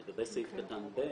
לגבי סעיף קטן 6(ב),